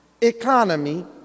economy